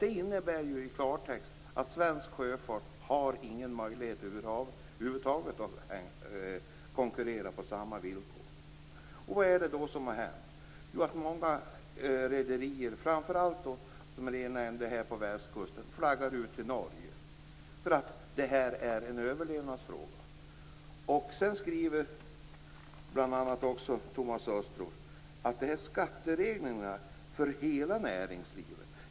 Det innebär i klartext att svensk sjöfart inte har någon möjlighet över huvud taget att konkurrera på samma villkor. Vad är det då som har hänt? Jo, att många rederier, framför allt de på västkusten som Inger René nämnde, flaggar ut till Norge. Det här är en överlevnadsfråga. Sedan skriver Thomas Östros bl.a. att skattereglerna gäller för hela näringslivet.